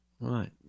Right